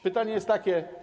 Pytanie jest takie.